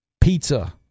pizza